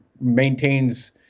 maintains